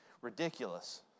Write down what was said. ridiculous